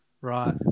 Right